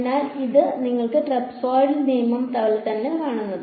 അതിനാൽ ഇത് നിങ്ങളുടെ ട്രപസോയ്ഡൽ നിയമം പോലെ തന്നെയല്ലേ കാണുന്നത്